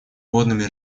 водными